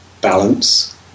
balance